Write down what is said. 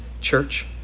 church